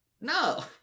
No